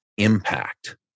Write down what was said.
impact